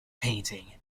painting